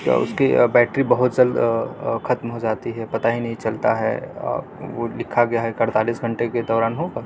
یا اس کی بیٹری بہت جلد ختم ہو جاتی ہے پتہ ہی نہیں چلتا ہے وہ لکھا گیا ہے کہ اڑتالیس گھنٹے کے دوران ہوگا